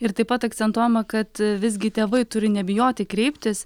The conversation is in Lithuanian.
ir taip pat akcentuojama kad visgi tėvai turi nebijoti kreiptis